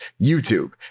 YouTube